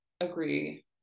agree